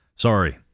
Sorry